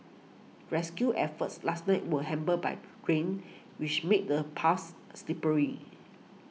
rescue efforts last night were hampered by green which made the paths slippery